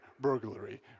burglary